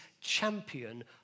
champion